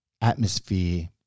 atmosphere